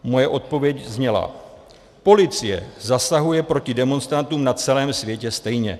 Moje odpověď zněla: Policie zasahuje proti demonstrantům na celém světě stejně.